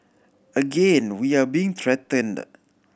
again we are being threatened